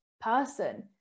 person